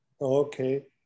Okay